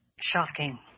Shocking